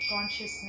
Consciousness